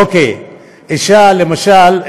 אישה, למשל,